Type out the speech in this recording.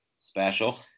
special